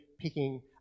picking